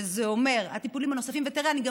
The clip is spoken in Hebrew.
שזה אומר הטיפולים הנוספים, ותראה, אני גם